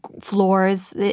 floors